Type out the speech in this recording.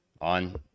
on